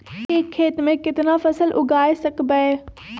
एक खेत मे केतना फसल उगाय सकबै?